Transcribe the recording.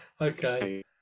Okay